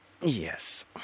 Yes